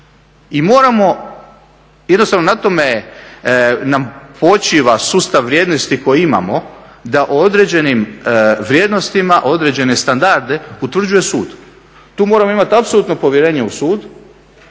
I moramo, jednostavno na tome nam počiva sustav vrijednosti koji imamo da određenim vrijednostima određene standarde utvrđuje sud. Tu moramo imati apsolutno povjerenje u sud,